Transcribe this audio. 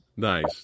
Nice